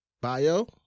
bio